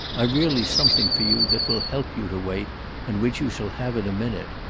i've really something for you that will help you to wait and which you shall have in a minute.